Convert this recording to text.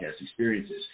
experiences –